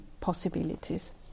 possibilities